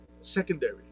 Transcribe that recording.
secondary